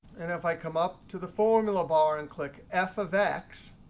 and if i come up to the formula bar and click f of x,